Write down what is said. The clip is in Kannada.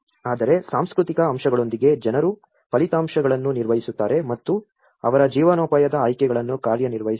ಆದರೆ ಸಾಂಸ್ಕೃತಿಕ ಅಂಶಗಳೊಂದಿಗೆ ಜನರು ಫಲಿತಾಂಶಗಳನ್ನು ನಿರ್ವಹಿಸುತ್ತಾರೆ ಮತ್ತು ಅವರ ಜೀವನೋಪಾಯದ ಆಯ್ಕೆಗಳನ್ನು ಕಾರ್ಯನಿರ್ವಹಿಸುತ್ತಾರೆ